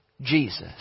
Jesus